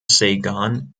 saigon